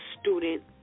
student